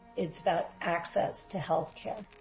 it's about access to health care.